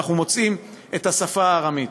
שאנחנו מוצאים בהם את השפה הארמית.